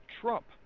Trump